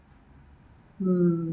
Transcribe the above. mm